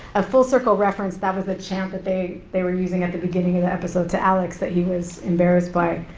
a full circle reference, that was the chant that they they were using at the beginning of the episode to alex that he was embarrassed by.